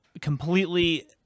completely